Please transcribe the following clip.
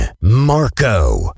Marco